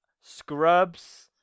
Scrubs